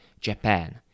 Japan